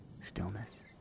stillness